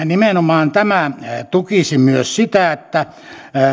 nimenomaan tämä tukisi myös sitä että